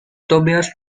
tobias